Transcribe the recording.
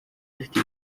ufite